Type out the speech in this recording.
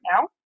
now